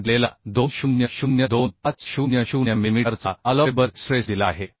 आपण दिलेला 200 2500 मिलिमीटरचा अलॉवेबल स्ट्रेस दिला आहे